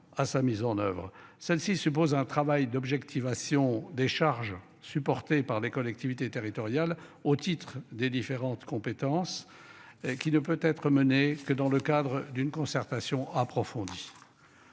à sa mise en oeuvre. Celles-ci supposent un travail d'objectivation des charges supportées par les collectivités territoriales au titre des différentes compétences et qui ne peut être menée que dans le cadre d'une concertation approfondie.